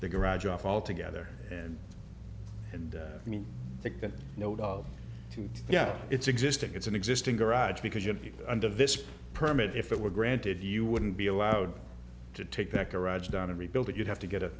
the garage off altogether and and think that no doubt yeah it's existing it's an existing garage because you're under this permit if it were granted you wouldn't be allowed to take that garage down and rebuild it you'd have to get a